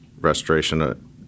restoration